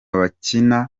bakina